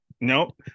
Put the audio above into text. Nope